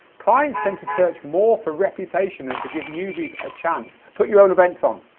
clients tend to search more for reputation than to give newbies a chance. put your own events on,